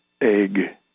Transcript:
Egg